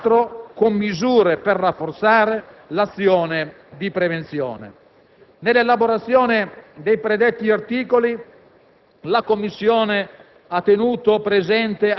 dell'attività di vigilanza e dall'altro con misure per rafforzare l'azione di prevenzione. Nell'elaborazione dei predetti articoli